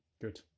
Good